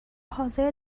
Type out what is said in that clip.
حاضر